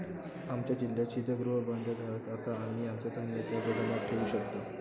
आमच्या जिल्ह्यात शीतगृह बांधत हत, आता आम्ही आमचा धान्य त्या गोदामात ठेवू शकतव